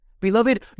Beloved